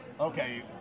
Okay